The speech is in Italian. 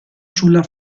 sulla